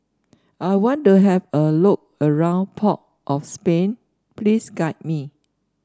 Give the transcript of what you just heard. I want to have a look around Port of Spain please guide me